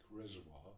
reservoir